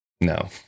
no